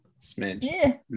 Smidge